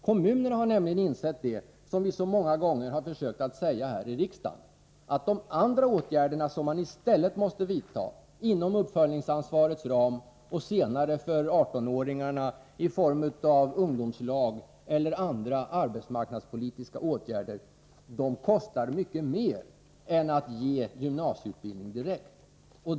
Kommunerna har nämligen insett — något som också vi så många gånger försökt att framhålla här i riksdagen — att de åtgärder som i stället måste vidtas inom ramen för uppföljningsansvaret och senare för 18-åringarna i form av ungdomslag eller andra arbetsmarknadspolitiska åtgärder kostar mycket mera än om man erbjuder gymnasieutbildning direkt.